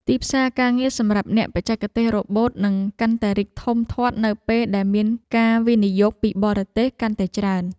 ទីផ្សារការងារសម្រាប់អ្នកបច្ចេកទេសរ៉ូបូតនឹងកាន់តែរីកធំធាត់នៅពេលដែលមានការវិនិយោគពីបរទេសកាន់តែច្រើន។